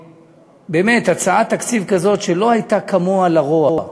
באמת הצעת תקציב כזאת שלא הייתה כמוה לרוע,